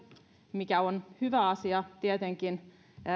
mikä on tietenkin hyvä asia